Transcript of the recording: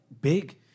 big